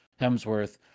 Hemsworth